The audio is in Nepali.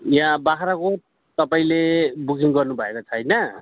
यहाँ बाग्राकोट तपाईँले बुकिङ गर्नु भएको छैन